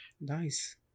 Nice